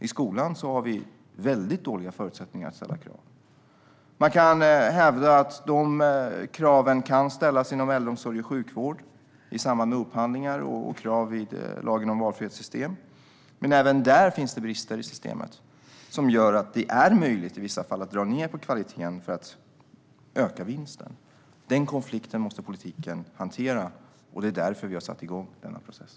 I skolan har vi väldigt dåliga förutsättningar att ställa krav. Man kan hävda att kraven kan ställas inom äldreomsorg och sjukvård, i samband med upphandlingar och krav i lagen om valfrihetssystem. Även där finns det dock brister i systemet som gör att det i vissa fall är möjligt att dra ned på kvaliteten för att öka vinsten. Den konflikten måste politiken hantera, fru ålderspresident, och det är därför vi har satt igång denna process.